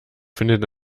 findet